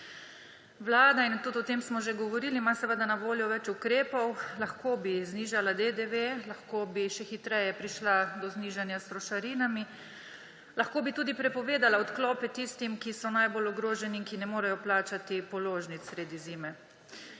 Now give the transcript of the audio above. Vlada, in tudi o tem smo že govorili, ima na seveda na voljo več ukrepov − lahko bi znižala DDV, lahko bi še hitreje prišla do znižanja s trošarinami, lahko bi tudi prepovedala odklope tistim, ki so najbolj ogroženi in ki ne morejo plačati položnic sredi zime.